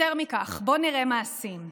יותר מכך, בוא נראה מעשים.